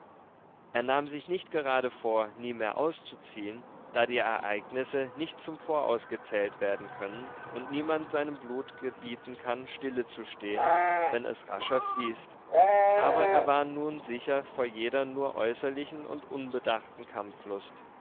er nahm sich nicht gerade vor nie mehr auszuziehen da die ereignisse nicht zum voraus gezählt werden können und niemand seinem blut gebieten kann stille zu stehn wenn es rascher fließt aber er war nun sicher vor jeder nur äußerlichen und unbedachten kampflust